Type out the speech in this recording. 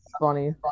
funny